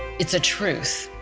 it's a truth.